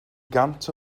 gant